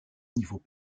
niveau